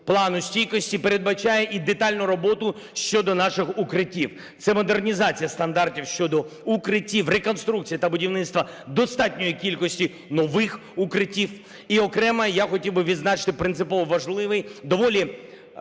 Плану стійкості передбачає і детальну роботу щодо наших укриттів. Це модернізація стандартів щодо укриттів, реконструкція та будівництво достатньої кількості нових укриттів. І окремо я хотів би відзначити принципово важливий, доволі